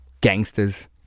gangsters